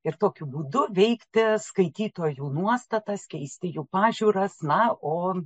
ir tokiu būdu veikti skaitytojų nuostatas keisti jų pažiūras na o